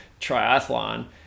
triathlon